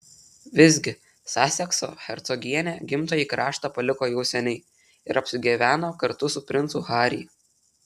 visgi sasekso hercogienė gimtąjį kraštą paliko jau seniai ir apsigyveno kartu su princu harry